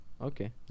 Okay